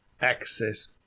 access